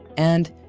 and,